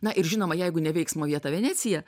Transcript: na ir žinoma jeigu ne veiksmo vieta venecija